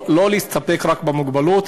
לא להסתפק רק במוגבלות,